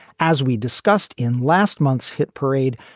as we discussed in last month's hit parade.